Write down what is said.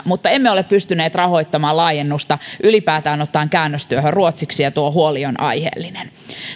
mutta emme ole pystyneet rahoittamaan laajennusta ylipäätään ottaen käännöstyöhön ruotsiksi ja tuo huoli on aiheellinen